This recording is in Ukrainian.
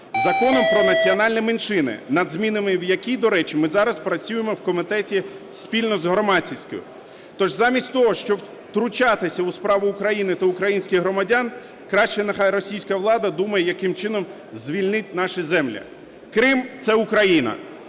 Законом про національні меншини, над змінами в який, до речі, ми зараз працюємо у комітеті спільно з громадськістю. Тож замість того, щоб втручатися у справи України та українських громадян, краще нехай російська влада думає, яким чином звільнити наші землі. Крим – це Україна.